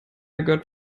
got